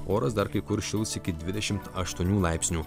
oras dar kai kur šils iki dvidešimt aštuonių laipsnių